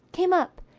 came up,